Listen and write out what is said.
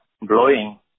blowing